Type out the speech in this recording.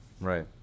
Right